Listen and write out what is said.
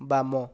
ବାମ